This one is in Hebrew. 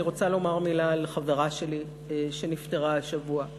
אני רוצה לומר מילה על חברה שלי שנפטרה השבוע,